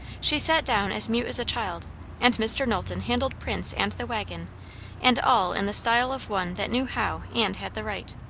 she sat down as mute as a child and mr. knowlton handled prince and the waggon and all in the style of one that knew how and had the right.